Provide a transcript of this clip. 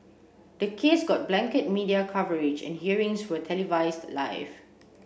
the case got blanket media coverage and hearings were televised live